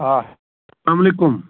آ سلام وعلیکُم